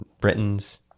Britons